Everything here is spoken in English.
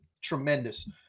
tremendous